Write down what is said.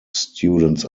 students